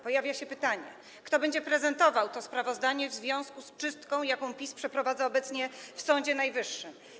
Pojawia się pytanie: Kto będzie prezentował to sprawozdanie w związku z czystką, jaką PiS przeprowadza obecnie w Sądzie Najwyższym?